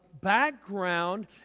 background